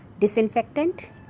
disinfectant